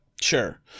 Sure